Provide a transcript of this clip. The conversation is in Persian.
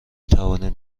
توانید